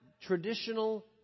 traditional